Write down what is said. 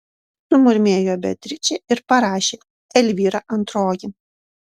sumurmėjo beatričė ir parašė elvyra antroji